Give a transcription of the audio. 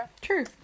true